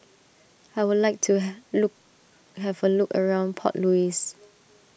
I would like to have look have a look around Port Louis